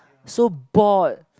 so bored